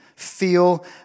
Feel